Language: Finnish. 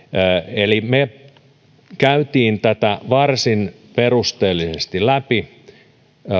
eli me kävimme tätä varsin perusteellisesti läpi